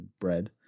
Bread